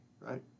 right